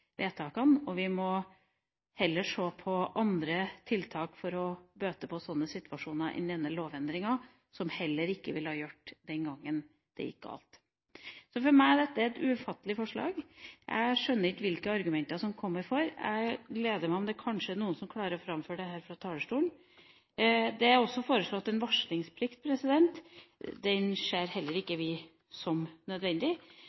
vedtakene. Vi må heller se på andre tiltak for å bøte på slike situasjoner i denne lovendringen – som heller ikke ville ha hjulpet den gangen det gikk galt. For meg er dette et ufattelig forslag. Jeg skjønner ikke hvilke argumenter som taler for. Det ville glede meg om noen kanskje klarer å framføre dem fra talerstolen. Det er også foreslått en varslingsplikt. Den ser vi heller ikke som nødvendig.